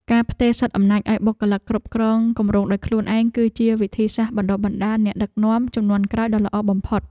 ការផ្ទេរសិទ្ធិអំណាចឱ្យបុគ្គលិកគ្រប់គ្រងគម្រោងដោយខ្លួនឯង គឺជាវិធីសាស្ត្របណ្តុះបណ្តាលអ្នកដឹកនាំជំនាន់ក្រោយដ៏ល្អបំផុត។